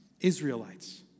Israelites